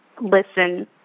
listen